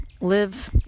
live